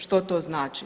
Što to znači?